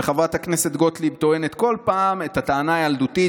וחברת הכנסת גוטליב טוענת כל פעם את הטענה הילדותית,